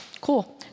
cool